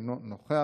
אינו נוכח,